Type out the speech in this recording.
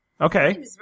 Okay